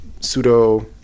pseudo